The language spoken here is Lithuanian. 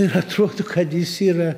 ir atrodo kad jis yra